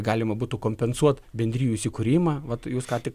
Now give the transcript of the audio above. galima būtų kompensuot bendrijų įsikūrimą vat jus ką tik